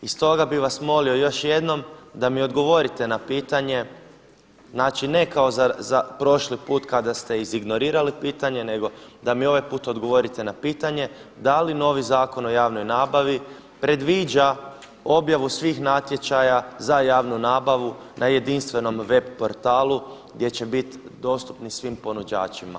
I stoga bih vas molio još jednom da mi odgovorite na pitanje, znači ne kao prošli put kada ste iz ignorirali pitanje nego da mi ovaj put odgovorite na pitanje, da li novi Zakon o javnoj nabavi predviđa objavu svih natječaja za javnu nabavu na jedinstvenom web portalu gdje će biti dostupni svim ponuđačima.